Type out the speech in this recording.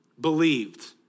believed